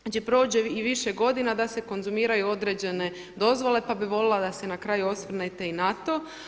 Znači prođe i više godine da se konzumiraju određene dozvole pa bih voljela da se na kraju osvrnete i na to.